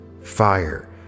fire